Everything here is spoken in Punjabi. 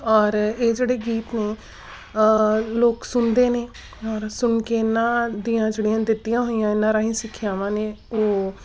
ਔਰ ਇਹ ਜਿਹੜੇ ਗੀਤ ਨੇ ਲੋਕ ਸੁਣਦੇ ਨੇ ਔਰ ਸੁਣ ਕੇ ਇਹਨਾਂ ਦੀਆਂ ਜਿਹੜੀਆਂ ਦਿੱਤੀਆਂ ਹੋਈਆਂ ਇਹਨਾਂ ਰਾਹੀਂ ਸਿੱਖਿਆਵਾਂ ਨੇ ਉਹ